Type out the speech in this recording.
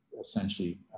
essentially